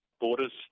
borders